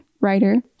writer